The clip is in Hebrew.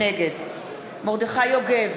נגד מרדכי יוגב,